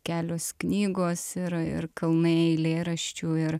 kelios knygos ir ir kalnai eilėraščių ir